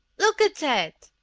look at that!